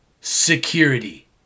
security